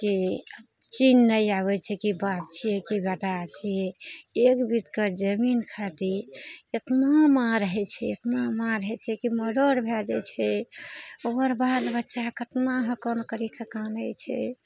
कि चिन्हय नहि आबय छै कि बाप छियै कि बेटा छियै एक बीतके जमीन खातिर एतना मारि होइ छै एतना मारि होइ छै कि मर्डर भए जाइ छै एमहर बाल बच्चा कतना हक्कन काटि कऽ कानय छै